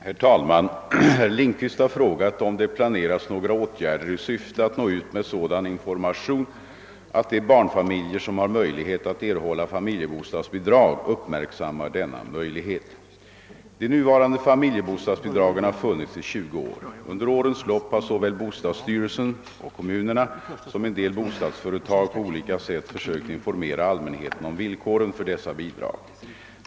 Herr talman! Herr Lindkvist har frågat om det planeras några åtgärder i syfte att nå ut med sådan information att de barnfamiljer som har möjlighet att erhålla familjebostadsbidrag uppmärksammar denna möjlighet. De nuvarande familjebostadsbidragen har funnits i 20 år. Under årens lopp har såväl bostadsstyrelsen och kommunerna som en del bostadsföretag på olika sätt försökt informera allmänheten om villkoren för dessa bidrag.